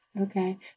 Okay